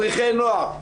מדריכי נוער,